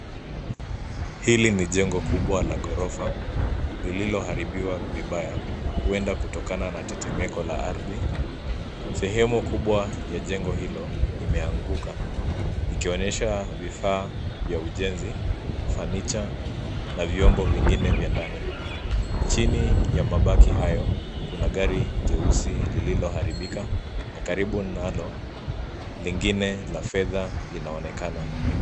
Hili ni jengo kubwa la ghorofa lililoalibiwa vibaya, huenda kutokana na tetemeko la ardhi. Sehemu kubwa ya jengo hilo imeanguka, ikionyesha vifaa vya ujenzi, fanicha na vyombo vingine vya ndani. Chini ya mabaki hayo, kuna gari jeusi lililo haribika na karibu nalo lingine la fedha linaonekana.